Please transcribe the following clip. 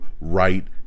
right